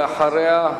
ואחריה,